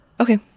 Okay